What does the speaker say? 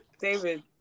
David